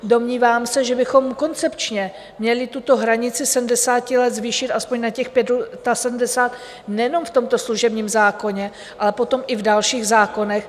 Domnívám se, že bychom koncepčně měli tuto hranici 70 let zvýšit aspoň na těch 75, nejenom v tomto služebním zákoně, ale potom i v dalších zákonech.